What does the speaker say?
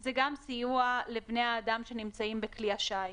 זה גם סיוע לבני אדם שנמצאים בכלי השיט.